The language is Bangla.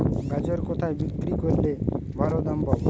গাজর কোথায় বিক্রি করলে ভালো দাম পাব?